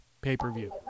pay-per-view